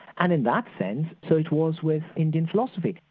and in that sense, so it was with indian philosophy.